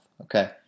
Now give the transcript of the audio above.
okay